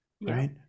right